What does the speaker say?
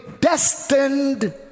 destined